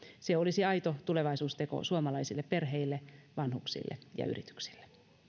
se olisi aito tulevaisuusteko suomalaisille perheille vanhuksille ja yrityksille